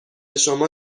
شما